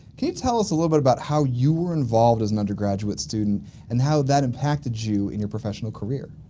can you tell us a little bit about how you were involved as an undergraduate student and how that impacted you in your professional career?